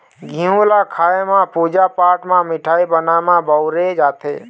घींव ल खाए म, पूजा पाठ म, मिठाई बनाए म बउरे जाथे